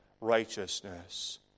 righteousness